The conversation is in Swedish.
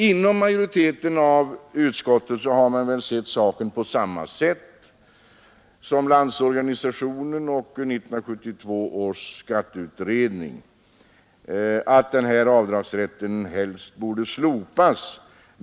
Inom majoriteten av utskottet har man väl sett saken på samma sätt som LO och 1972 års skatteutredning — att denna avdragsrätt helst borde slopas.